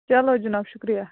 چلو جِناب شُکریہ